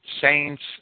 saints